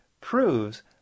proves